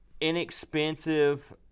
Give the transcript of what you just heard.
inexpensive